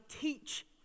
teach